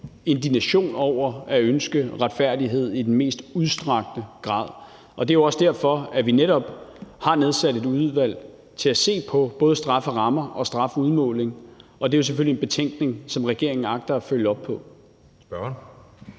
indignation over det og ønske om retfærdighed i den mest udstrakte grad. Det er jo også derfor, at vi netop har nedsat et udvalg til at se på både strafferammer og strafudmåling, og det er selvfølgelig en betænkning, som regeringen agter at følge op på. Kl.